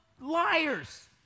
liars